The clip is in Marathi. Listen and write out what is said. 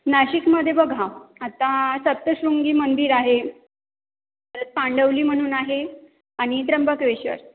नाशिकमध्ये बघा आता सप्तशृंगी मंदिर आहे तर पांडवली म्हणून आहे आणि त्र्यंबकेश्वर